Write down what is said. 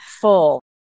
full